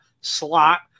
slot